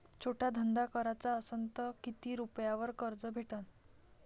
छोटा धंदा कराचा असन तर किती रुप्यावर कर्ज भेटन?